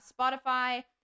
Spotify